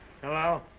Hello